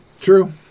True